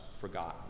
forgotten